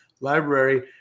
library